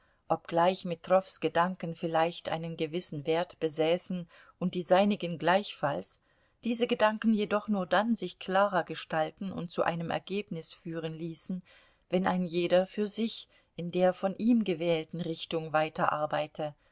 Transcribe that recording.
obgleich metrows gedanken vielleicht einen gewissen wert besäßen und die seinigen gleichfalls diese gedanken jedoch nur dann sich klarer gestalten und zu einem ergebnis führen ließen wenn ein jeder für sich in der von ihm gewählten richtung weiterarbeite